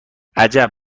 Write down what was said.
عجب